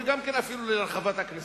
וגם אפילו לרחבת הכנסייה.